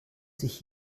sich